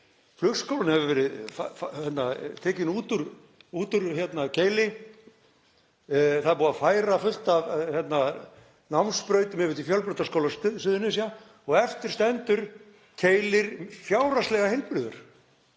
Flugskólinn hefur verið tekinn út úr Keili. Það er búið að færa fullt af námsbrautum yfir til Fjölbrautaskóla Suðurnesja og eftir stendur Keilir fjárhagslega heilbrigður